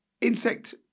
insect